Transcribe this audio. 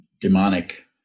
demonic